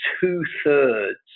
two-thirds